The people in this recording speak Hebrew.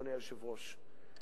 אדוני היושב-ראש,